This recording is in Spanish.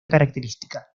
característica